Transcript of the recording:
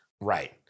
Right